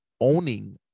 owning